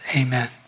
Amen